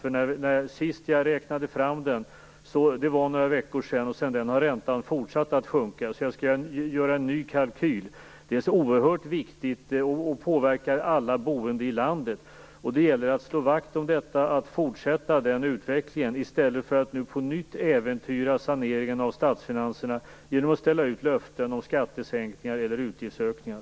Jag räknade nämligen fram den för några veckor sedan, och sedan dess har räntan fortsatt att sjunka. Men jag skall göra en ny kalkyl. Det är oerhört viktigt och påverkar alla boende i landet. Det gäller att slå vakt om detta och att låta den utvecklingen fortsätta i stället för att på nytt äventyra statsfinanserna genom att ställa ut löften om skattesänkningar eller utgiftsökningar.